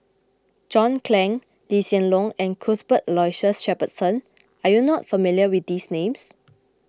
John Clang Lee Hsien Loong and Cuthbert Aloysius Shepherdson are you not familiar with these names